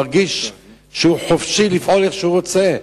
מרגיש שהוא חופשי לפעול איפה שהוא רוצה.